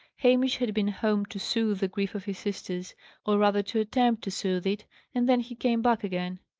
hamish had been home to soothe the grief of his sisters or rather to attempt to soothe it and then he came back again.